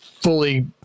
fully